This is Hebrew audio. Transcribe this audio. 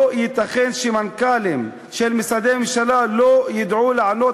לא ייתכן שמנכ"לים של משרדי ממשלה לא ידעו לענות